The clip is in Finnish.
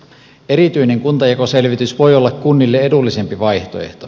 erityinen kuntajakoselvitys voi olla kunnille edullisempi vaihtoehto